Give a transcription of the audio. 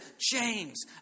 James